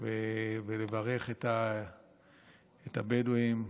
ולברך את הבדואים,